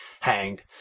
hanged